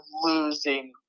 losing